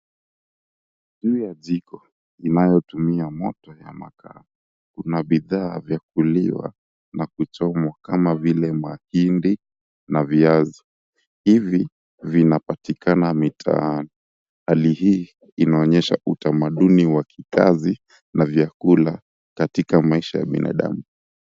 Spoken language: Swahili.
Juu ya jiko linalotumia moto ya makaa kuna bidhaa vya kuliwa na kuchomwa kama vile mahindi na viazi hivi vinapatikana mitaani hali hii inaonyesha utamaduni wa kikazi na vyakula katika maisha ya binadamu.